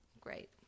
Great